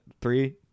Three